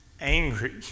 angry